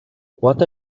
what